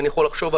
למשל,